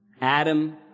Adam